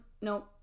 no